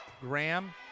Graham